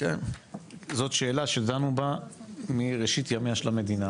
זאת שאלה שדנו בה מראשית ימי המדינה.